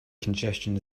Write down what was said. congestion